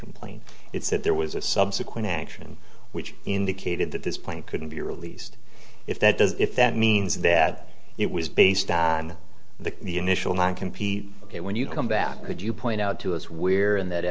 complaint it said there was a subsequent action which indicated that this plane couldn't be released if that does if that means that it was based on the initial not compete ok when you come back could you point out to us we're in that